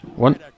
One